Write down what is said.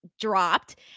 dropped